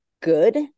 good